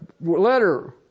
letter